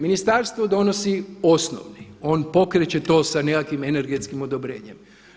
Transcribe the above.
Ministarstvo donosi osnovni, on pokreće to sa nekakvim energetskim odobrenjem.